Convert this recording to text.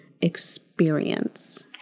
experience